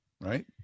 right